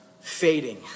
Fading